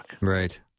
Right